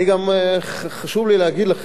חשוב לי גם להגיד לכם פה,